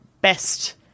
best